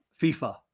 FIFA